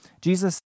Jesus